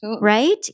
right